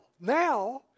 Now